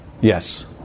Yes